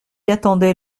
attendait